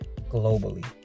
globally